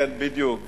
כן, בדיוק.